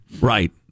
Right